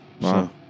Wow